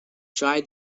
try